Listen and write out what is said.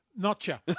Notcha